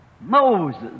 Moses